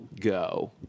Go